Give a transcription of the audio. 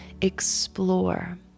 explore